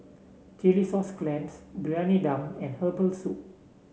Chilli Sauce Clams Briyani Dum and Herbal Soup